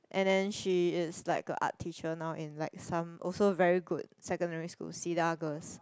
and then she is like a art teacher now in like some also very good secondary school Cedar-Girls